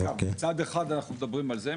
מצד אחד אנחנו מדברים על זה,